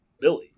Billy